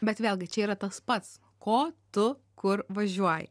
bet vėlgi čia yra tas pats ko tu kur važiuoji